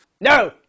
No